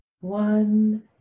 one